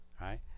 Right